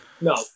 no